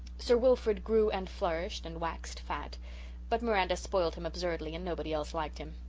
sir wilfrid grew and flourished and waxed fat but miranda spoiled him absurdly and nobody else liked him.